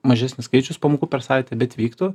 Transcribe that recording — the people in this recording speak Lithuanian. mažesnis skaičius pamokų per savaitę bet vyktų